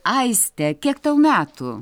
aiste kiek tau metų